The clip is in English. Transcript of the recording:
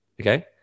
Okay